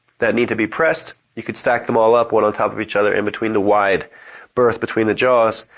that need to be pressed, you can stack them all up one in top of each other in between the wide berth between the jaws.